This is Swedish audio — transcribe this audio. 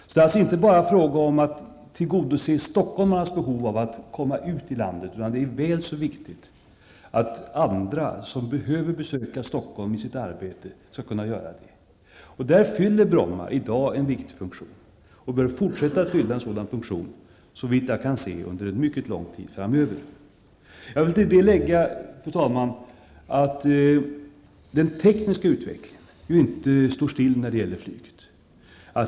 Det är alltså inte bara fråga om att tillgodose stockholmarnas behov av att komma ut i landet, utan det är väl så viktigt att andra, som behöver besöka Stockholm i sitt arbete, skall kunna göra det. Där fyller Bromma i dag en viktig funktion och bör, såvitt jag kan se, fortsätta att fylla en sådan funktion under en mycket lång tid framöver. Fru talman! Jag vill till detta lägga, att den tekniska utvecklingen inte står still när det gäller flyget.